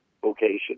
vocation